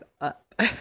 up